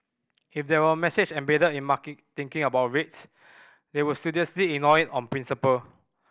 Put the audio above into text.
if there were a message embedded in market thinking about rates they would studiously ignore on principle